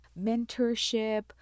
mentorship